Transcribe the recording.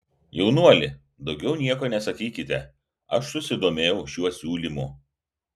jaunuoli daugiau nieko nesakykite aš susidomėjau šiuo siūlymu